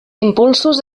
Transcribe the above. impulsos